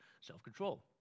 self-control